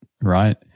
right